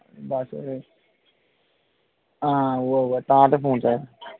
हां बस हां उ'ऐ उ'ऐ तां ते फोन चाहिदा